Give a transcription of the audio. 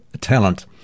talent